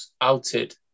outed